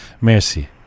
Merci